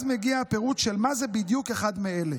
אז מגיע הפירוט מה זה בדיוק אחד מאלה.